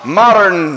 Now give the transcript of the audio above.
modern